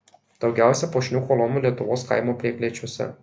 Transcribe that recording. daugiausia puošnių kolonų lietuvos kaimo prieklėčiuose